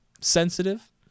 sensitive